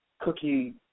cookie